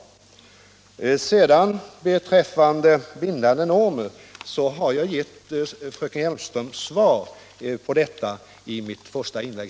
Vad gäller bindande normer har jag gett fröken Hjelmström svar på hennes fråga i mitt första inlägg.